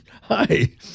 hi